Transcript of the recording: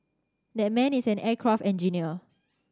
that man is an aircraft engineer